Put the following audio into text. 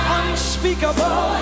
unspeakable